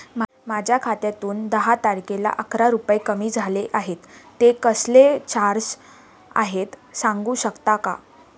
माझ्या खात्यातून दहा तारखेला अकरा रुपये कमी झाले आहेत ते कसले चार्जेस आहेत सांगू शकता का?